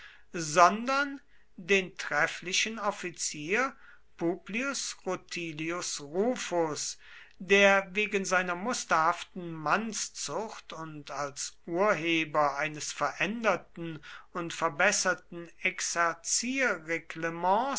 sondern den trefflichen offizier publius rutilius rufus der wegen seiner musterhaften mannszucht und als urheber eines veränderten und verbesserten